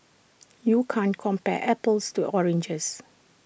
you can't compare apples to oranges